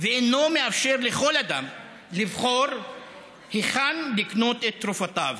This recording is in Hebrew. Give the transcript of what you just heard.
ואינו מאפשר לכל אדם לבחור היכן לקנות את תרופותיו.